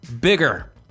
bigger